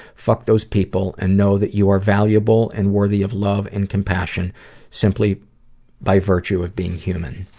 fuck those people and know that you are valuable and worthy of love and compassion simply by virtue of being human.